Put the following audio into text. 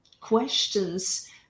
questions